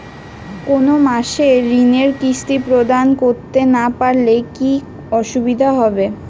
কোনো মাসে ঋণের কিস্তি প্রদান করতে না পারলে কি অসুবিধা হবে?